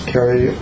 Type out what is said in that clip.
Carry